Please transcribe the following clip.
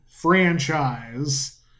franchise